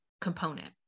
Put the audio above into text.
component